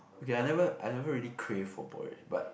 okay I never I never really crave for porridge but